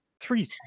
three